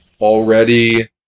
already